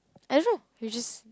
I don't know you just